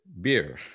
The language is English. beer